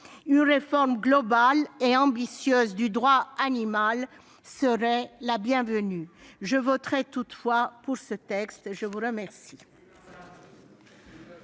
Une réforme globale et ambitieuse du droit animal serait la bienvenue. Je voterai toutefois pour ce texte. Oui,